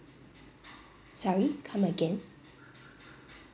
sorry come again